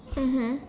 mmhmm